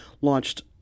launched